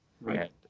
right